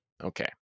Okay